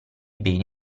beni